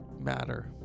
matter